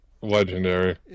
Legendary